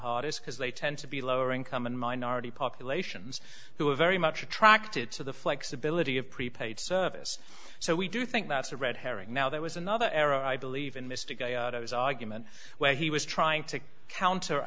hardest because they tend to be lower income and minority populations who are very much attracted to the flexibility of prepaid service so we do think that's a red herring now there was another arrow i believe in mystic it was argument where he was trying to counter